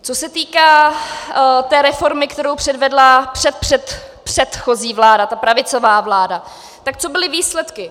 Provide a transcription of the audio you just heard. Co se týká reformy, kterou předvedla předpředchozí vláda, ta pravicová vláda, tak co byly výsledky?